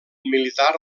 militar